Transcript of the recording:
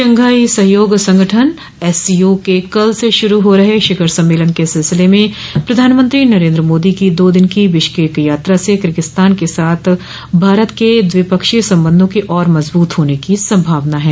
Shanghai सहयोग संगठन SCO के कल से शुरू हो रहे शिखर सम्मेलन के सिलसिले में प्रधानमंत्री नरेन्द्र मोदी की दो दिन की बिश्केक यात्रा से किगिस्तान के साथ भारत के द्विपक्षीय संबंधों के और मजबूत होने की संभावना है